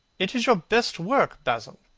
it is your best work, basil,